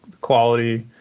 quality